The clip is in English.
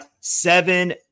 seven